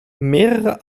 mehrere